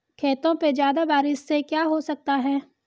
खेतों पे ज्यादा बारिश से क्या हो सकता है?